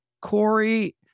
Corey